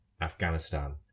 afghanistan